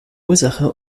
ursache